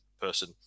person